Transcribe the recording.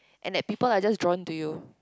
and that people are just drawn to you